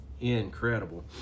incredible